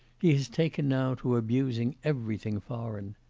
he has taken now to abusing everything foreign.